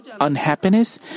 unhappiness